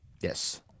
Yes